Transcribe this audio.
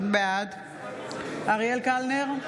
בעד אריאל קלנר,